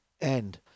end